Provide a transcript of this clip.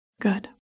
Good